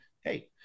Hey